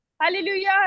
Hallelujah